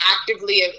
actively